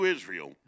Israel